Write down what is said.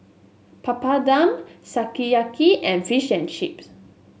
Papadum Sukiyaki and Fish and Chips